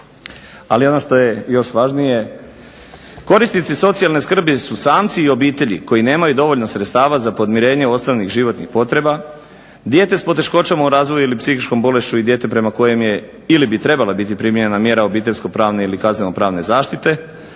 ali ono što je još važnije korisnici socijalne skrbi su samci i obitelji koji nemaju dovoljno sredstava za podmirenje osnovnih životnih potreba, dijete sa poteškoćama u razvoju ili psihičkom bolešću i dijete prema kojem je ili bi trebala biti primijenjena mjera obiteljsko-pravne ili kazneno-pravne zaštite.